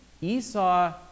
Esau